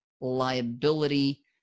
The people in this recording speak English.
liability